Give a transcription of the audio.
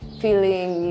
feeling